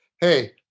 hey